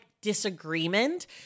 disagreement